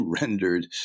rendered